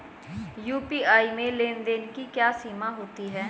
UPI में लेन देन की क्या सीमा होती है?